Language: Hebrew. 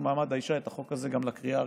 מעמד האישה את החוק הזה גם לקריאה הראשונה.